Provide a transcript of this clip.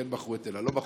כן מכרו את אל על,